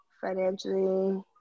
financially